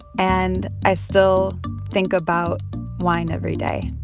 and i still think about wine every day.